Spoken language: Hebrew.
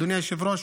אדוני היושב-ראש,